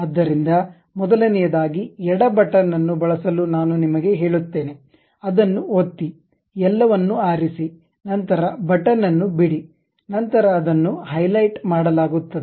ಆದ್ದರಿಂದ ಮೊದಲನೆಯದಾಗಿ ಎಡ ಬಟನ್ ಅನ್ನು ಬಳಸಲು ನಾನು ನಿಮಗೆ ಹೇಳುತ್ತೇನೆ ಅದನ್ನು ಒತ್ತಿ ಎಲ್ಲವನ್ನೂ ಆರಿಸಿ ನಂತರ ಬಟನ್ ಅನ್ನು ಬಿಡಿ ನಂತರ ಅದನ್ನು ಹೈಲೈಟ್ ಮಾಡಲಾಗುತ್ತದೆ